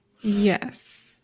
yes